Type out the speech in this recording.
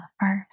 first